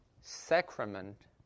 sacrament